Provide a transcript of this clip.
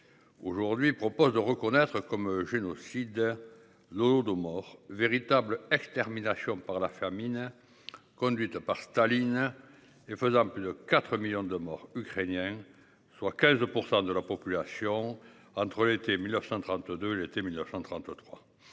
Aujourd'hui propose de reconnaître comme génocide l'Holodomor véritable extermination par la famine. Conduite par Staline et faisant plus de 4 millions de morts ukrainiens, soit 15% de la population entre l'été 1932 l'été 1933.